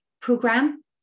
program